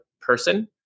person